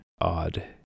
odd